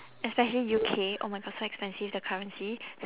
especially U_K oh my god so expensive the currency